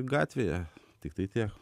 gatvėje tiktai tiek